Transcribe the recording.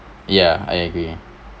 ya I agree